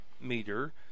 meter